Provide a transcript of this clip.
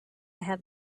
have